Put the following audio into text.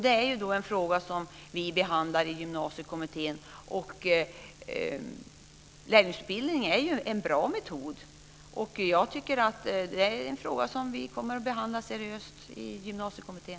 Det är alltså en fråga som vi behandlar i Gymnasiekommittén. Lärlingsutbildning är en bra metod, och vi kommer att behandla frågan seriöst i Gymnasiekommittén.